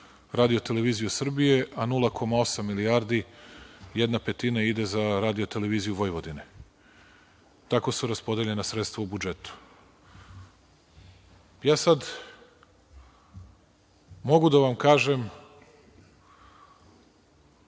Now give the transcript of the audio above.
Radio-televiziju Srbije, a 0,8 milijardi, jedna petina, ide za Radio-televiziju Vojvodine. Tako su raspodeljena sredstva u budžetu. Mogu da vam kažem